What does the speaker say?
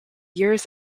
years